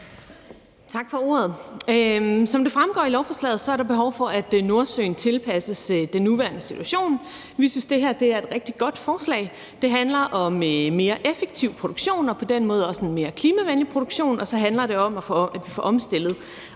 Tak for ordet. Som det fremgår af lovforslaget, er der behov for, at produktionen i Nordsøen tilpasses den nuværende situation. Vi synes, det her er et rigtig godt forslag. Det handler om mere effektiv produktion og på den måde også en mere klimavenlig produktion, og så handler det om at få omstillet